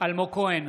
אלמוג כהן,